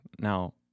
now